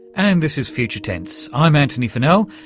and this is future tense, i'm antony funnell,